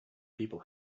people